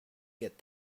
get